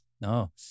No